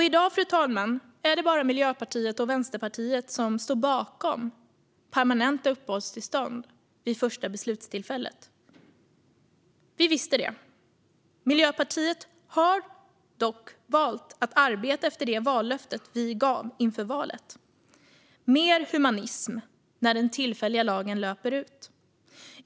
I dag, fru talman, är det bara Miljöpartiet och Vänsterpartiet som står bakom permanenta uppehållstillstånd vid första beslutstillfället. Vi visste det. Miljöpartiet har dock valt att arbeta efter det vallöfte som vi gav inför valet - mer humanism när den tillfälliga lagen löper ut.